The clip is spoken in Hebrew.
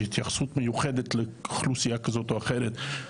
התייחסות מיוחדת לאוכלוסייה כזו או אחרת,